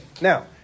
Now